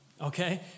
okay